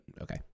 okay